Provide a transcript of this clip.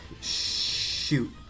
shoot